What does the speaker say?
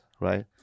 right